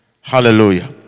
Hallelujah